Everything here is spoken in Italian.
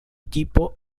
tipo